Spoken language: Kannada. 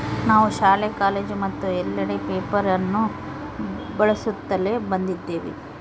ನಾವು ಶಾಲೆ, ಕಾಲೇಜು ಮತ್ತು ಎಲ್ಲೆಡೆ ಪೇಪರ್ ಅನ್ನು ಬಳಸುತ್ತಲೇ ಬಂದಿದ್ದೇವೆ